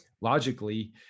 logically